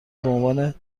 بعنوان